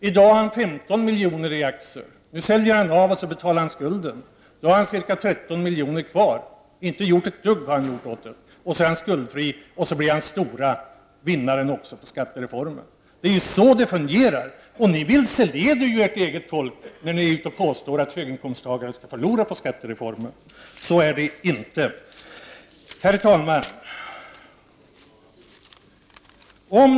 I dag har han 15 miljoner i aktier. Han säljer av dem och betalar skulden. Då har han ca 13 miljoner kvar. Han har inte gjort ett dugg, han är skuldfri och han blir den stora vinnaren på skattereformen. Det är så det fungerar. Ni vilseleder ert eget folk när ni går ut och påstår att höginkomsttagarna skall förlora på skattereformen. Så är det inte. Herr talman!